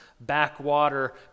backwater